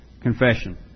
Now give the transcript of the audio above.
confession